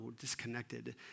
disconnected